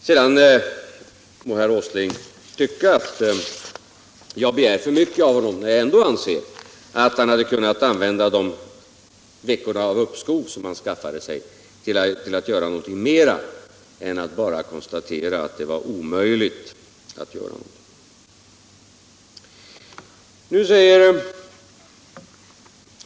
Sedan må herr Åsling tycka att jag begär för mycket av honom när jag ändå anser att han kunnat använda de veckor av uppskov som han skaffade sig till att göra något mer än att bara konstatera att det var omöjligt att göra något. Så säger.